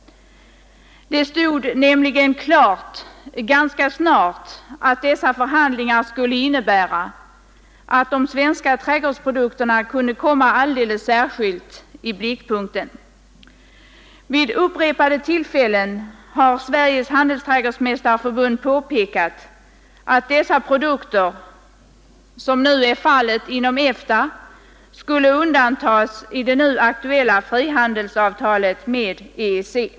Det stod nämligen klart ganska snart att dessa förhandlingar skulle kunna innebära, att de svenska trädgårdsprodukterna alldeles särskilt kom i blickpunkten. Vid upprepade tillfällen har Sveriges handelsträdgårdsmästareförbund påpekat att dessa produkter, såsom nu är fallet inom EFTA, skulle undantas i det nu aktuella frihandelsavtalet med EEC.